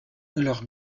leur